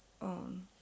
on